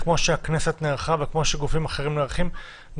כמו שהכנסת נערכה וכמו שגופים אחרים נערכים,